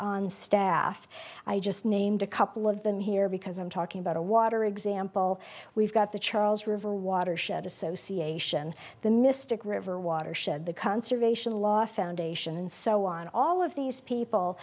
on staff i just named a couple of them here because i'm talking about a water example we've got the charles river watershed association the mystic river watershed the conservation law foundation and so on all of these people